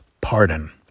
pardon